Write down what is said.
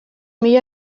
mila